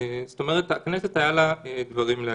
זאת אומרת, לכנסת היו דברים להגיד.